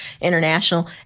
international